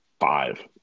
five